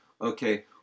Okay